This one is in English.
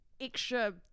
extra